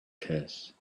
curse